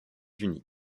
unis